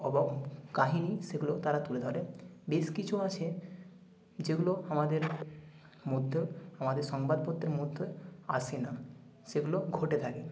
কাহিনি সেগুলো তারা তুলে ধরে বেশ কিছু আছে যেগুলো আমাদের মধ্যেও আমাদের সংবাদপত্রের মধ্যে আসে না সেগুলো ঘটে থাকে